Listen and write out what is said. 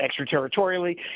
extraterritorially